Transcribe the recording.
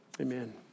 Amen